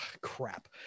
crap